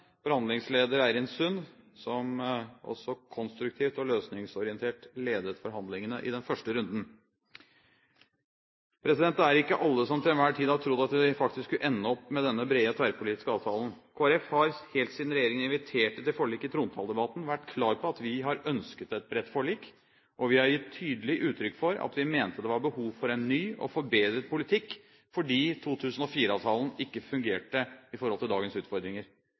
forhandlingsleder Eirin Sund som også konstruktivt og løsningsorientert ledet forhandlingene i den første runden. Det er ikke alle som til enhver tid har trodd at vi faktisk skulle ende opp med denne brede, tverrpolitiske avtalen. Kristelig Folkeparti har helt siden regjeringen inviterte til forlik i trontaledebatten vært klar på at vi har ønsket et bredt forlik, og vi har gitt tydelig uttrykk for at vi mente det var behov for en ny og forbedret politikk, fordi 2004-avtalen ikke fungerte i forhold til dagens utfordringer.